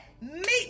meet